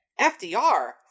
FDR